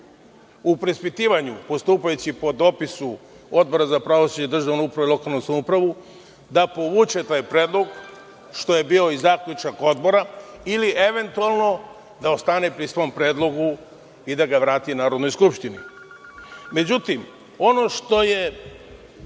u preispitivanju postupajući po dopisu Odbora za pravosuđe i državnu upravu i lokalnu samoupravu, da povuče taj predlog, što je bio i zaključak Odbora ili eventualno da ostane pri svom predlogu i da ga vrati Narodnoj skupštini.Međutim, ono što je